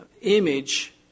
image